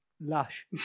lush